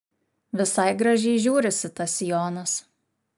visai gražiai žiūrisi tas sijonas